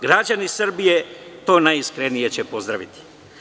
Građani Srbije će to najiskrenije pozdraviti.